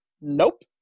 Nope